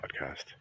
podcast